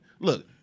Look